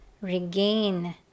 regain